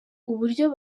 uburyo